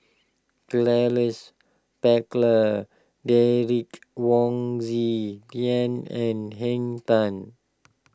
Charles Paglar Derek Wong Zi Liang and Henn Tan